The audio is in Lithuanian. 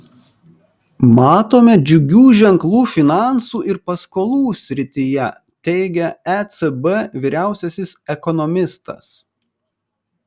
matome džiugių ženklų finansų ir paskolų srityje teigia ecb vyriausiasis ekonomistas